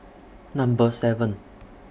Number seven